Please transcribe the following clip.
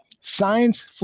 Science